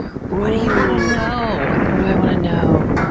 what do you want to know? what do i want to know?